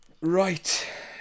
right